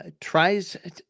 tries